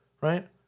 Right